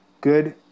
good